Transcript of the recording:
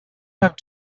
have